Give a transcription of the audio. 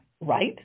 right